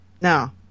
No